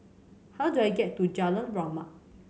how do I get to Jalan Rahmat